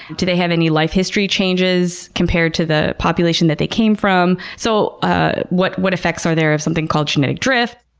do they have any life history changes compared to the population that they came from? so ah what what effects are there of something called genetic drift?